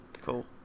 Cool